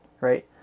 Right